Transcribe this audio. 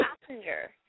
passenger